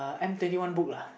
M twenty one book lah